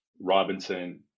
Robinson